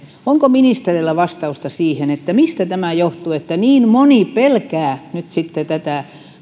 onko ministerillä vastausta siihen mistä tämä johtuu että niin moni pelkää nyt sitten tätä